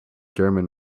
german